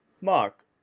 Mark